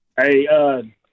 Hey